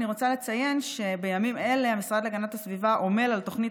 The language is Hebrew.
אני רוצה לציין שבימים אלה המשרד להגנת הסביבה עמל על תוכנית